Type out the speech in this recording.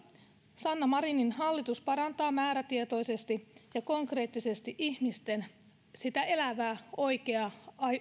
sanna marinin hallitus parantaa määrätietoisesti ja konkreettisesti ihmisten sitä elävää oikeaa